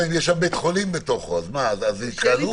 אם יש בית חולים בתוכו, זו התקהלות?